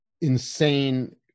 insane